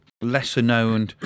lesser-known